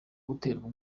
guterwa